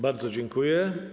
Bardzo dziękuję.